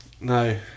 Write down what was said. No